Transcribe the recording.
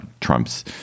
trump's